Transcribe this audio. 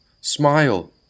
Smile